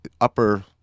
upper